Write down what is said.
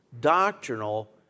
doctrinal